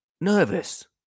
nervous